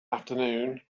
afternoon